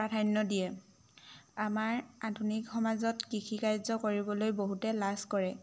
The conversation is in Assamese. প্ৰাধান্য দিয়ে আমাৰ আধুনিক সমাজত কৃষিকাৰ্য কৰিবলৈ বহুতে লাজ কৰে